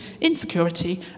insecurity